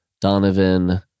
Donovan